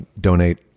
donate